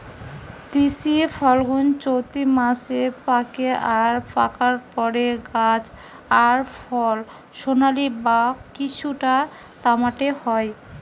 তিসি ফাল্গুনচোত্তি মাসে পাকে আর পাকার পরে গাছ আর ফল সোনালী বা কিছুটা তামাটে হয়